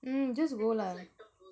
mm just go lah